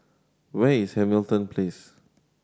where is Hamilton Place